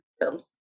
films